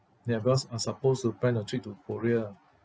ya because I'm supposed to plan a trip to korea